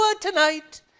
tonight